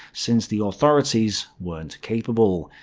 since the authorities weren't capable.